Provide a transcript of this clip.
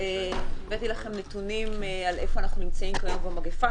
הבאתי לכם נתונים איפה אנחנו נמצאים כיום במגפה.